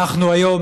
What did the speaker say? אנחנו היום,